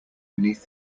beneath